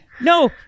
no